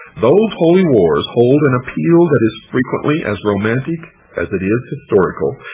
those holy wars hold an appeal that is frequently as romantic as it is historical,